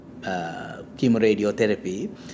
chemoradiotherapy